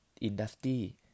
industry